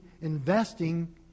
investing